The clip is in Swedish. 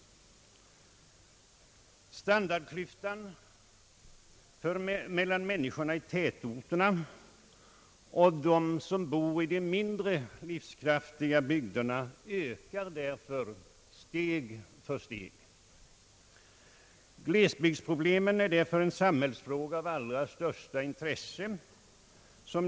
Standardklyftan mellan människorna i tätorterna och dem som bor i de mindre livskraftiga bygderna ökar steg för steg. Glesbygdsproblemet är därför en samhällsfråga av allra största intresse.